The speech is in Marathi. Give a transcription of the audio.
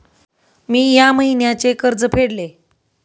मी या महिन्याचे कर्ज फेडले